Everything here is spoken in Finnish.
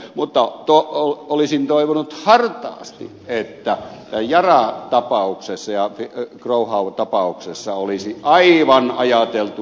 mutta olisin toivonut hartaasti että yara tapauksessa ja growhow tapauksessa olisi ajateltu aivan samalla tavalla